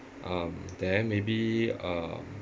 um then maybe uh